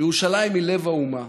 ירושלים היא לב האומה,